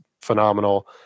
phenomenal